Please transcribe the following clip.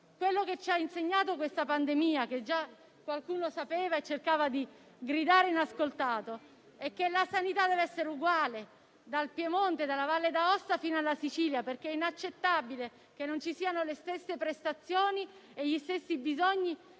quello che ci ha insegnato questa pandemia, che già qualcuno sapeva e cercava di gridare inascoltato, è che la sanità dev'essere uguale dal Piemonte e dalla Valle d'Aosta fino alla Sicilia, perché è inaccettabile che non ci siano le stesse prestazioni e gli stessi bisogni